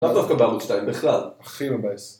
לאו דווקא בערוץ 2 בכלל, הכי מבאס